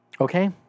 Okay